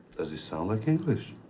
does it sound like english?